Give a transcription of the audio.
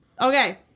Okay